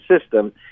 system